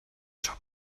job